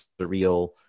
surreal